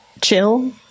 chill